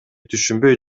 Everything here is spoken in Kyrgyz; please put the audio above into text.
түшүнбөй